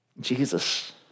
Jesus